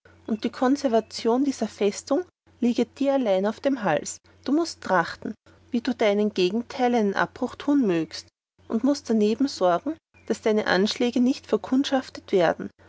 und die konservation dieser festung lieget dir allein auf dem hals du mußt trachten wie du deinem gegenteil einen abbruch tun mögest und mußt darneben sorgen daß deine anschläge nicht verkundschaftet werden